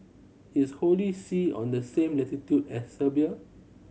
is Holy See on the same latitude as Serbia